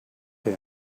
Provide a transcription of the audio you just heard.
him